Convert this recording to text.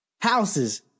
houses